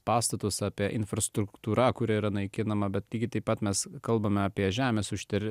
pastatus apie infrastruktūra kuri yra naikinama bet lygiai taip pat mes kalbame apie žemės už tai